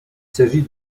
s’agit